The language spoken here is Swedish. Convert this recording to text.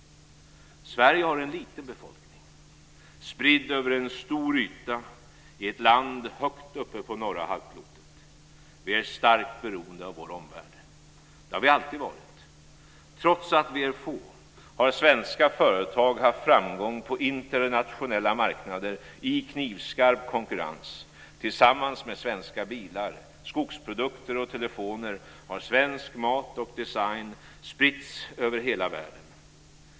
Sverige har en liten befolkning, spridd över en stor yta i ett land högt uppe på norra halvklotet. Vi är starkt beroende av vår omvärld. Det har vi alltid varit. Trots att vi är få har svenska företag haft framgång på internationella marknader i knivskarp konkurrens. Tillsammans med svenska bilar, skogsprodukter och telefoner har svensk mat och design spritts över hela världen.